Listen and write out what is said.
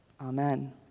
Amen